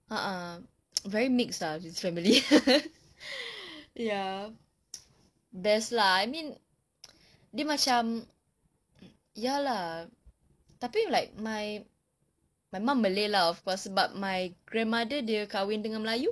(uh huh) very mixed lah this family ya best lah I mean dia macam ya lah tapi like my my mum malay lah of course but my grandmother dia kahwin dengan melayu